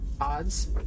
Odds